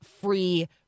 free